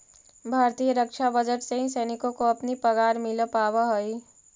भारतीय रक्षा बजट से ही सैनिकों को अपनी पगार मिल पावा हई